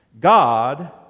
God